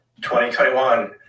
2021